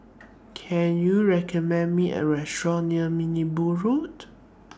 Can YOU recommend Me A Restaurant near Road